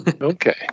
Okay